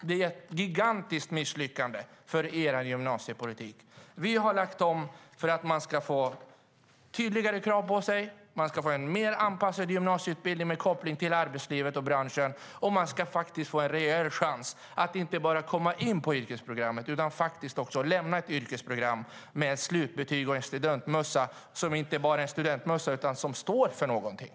Det är ett gigantiskt misslyckande för er gymnasiepolitik. Vi har lagt om det så att eleverna får tydligare krav på sig, en mer anpassad gymnasieutbildning med koppling till arbetsliv och branscher samt en rejäl chans att inte bara komma in på ett yrkesprogram utan också lämna det med ett slutbetyg och en studentmössa som inte bara är en mössa utan som står för någonting.